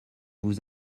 vous